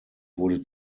wurde